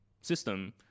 system